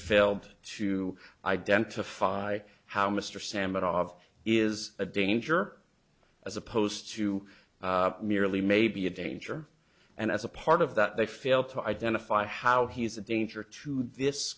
failed to identify how mr salmon of is a danger as opposed to merely maybe a danger and as a part of that they fail to identify how he's a danger to this